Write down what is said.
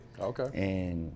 Okay